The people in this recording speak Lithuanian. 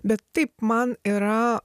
bet taip man yra